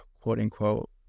quote-unquote